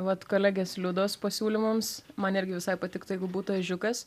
vat kolegės liudos pasiūlymams man irgi visai patiktų jeigu būtų ežiukas